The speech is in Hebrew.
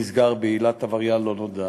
נסגר בעילת עבריין לא נודע,